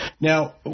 Now